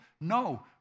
No